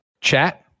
Chat